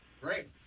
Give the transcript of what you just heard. great